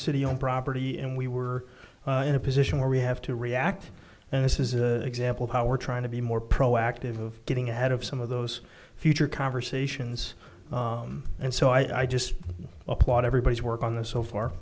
city on property and we were in a position where we have to react and this is a example of how we're trying to be more proactive of getting ahead of some of those future conversations and so i just applaud everybody's work on this so far